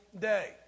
day